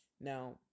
Now